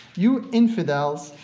you infidels.